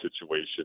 situation